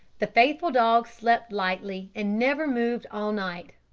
the faithful dog slept lightly and never moved all night,